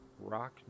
rock